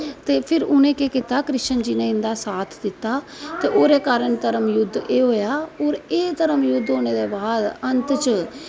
ते फिर उंहे केह् कीता कृष्ण जी ने इंदा साथ दित्ता ते ओहदे कारण धर्म युद्द ऐ होया और एह् धर्म युद्द होने दे बाद अंत च